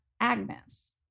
Agnes